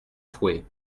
fouet